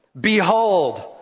behold